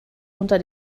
unter